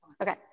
okay